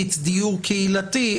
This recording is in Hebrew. דיור קהילתי,